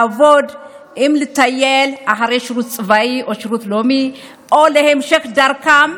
שעובדים כדי לטייל אחרי שירות צבאי או שירות לאומי או להמשך דרכם,